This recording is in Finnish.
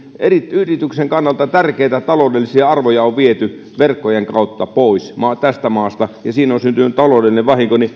yrityksen kannalta tärkeitä taloudellisia arvoja on viety verkkojen kautta pois tästä maasta ja siinä on syntynyt taloudellinen vahinko